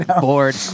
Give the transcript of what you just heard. Bored